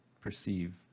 perceive